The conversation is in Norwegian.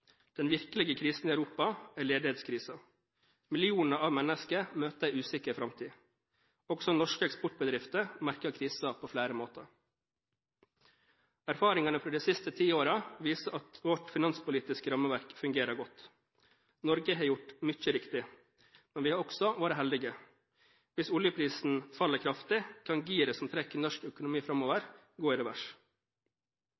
Den virkelige krisen i Europa er ledighetskrisen. Millioner av mennesker møter en usikker framtid. Også norske eksportbedrifter merker krisen på flere måter. Erfaringene fra de siste ti årene viser at vårt finanspolitiske rammeverk fungerer godt. Norge har gjort mye riktig. Men vi har også vært heldige. Hvis oljeprisen faller kraftig, kan giret som trekker norsk økonomi framover,